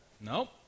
Nope